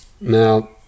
Now